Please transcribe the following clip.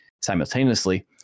Simultaneously